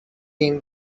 came